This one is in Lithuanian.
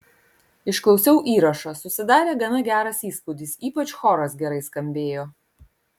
išklausiau įrašą susidarė gana geras įspūdis ypač choras gerai skambėjo